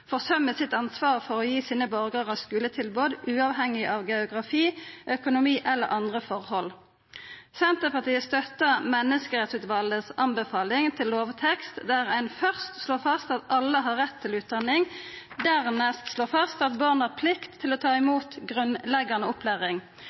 forsømer sitt ansvar for å gi sine borgarar skuletilbod uavhengig av geografi, økonomi eller andre forhold. Senterpartiet støttar Menneskerettsutvalets anbefaling til lovtekst, der ein først slår fast at alle har rett til utdanning, dernest at barn har plikt til å ta